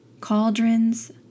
cauldrons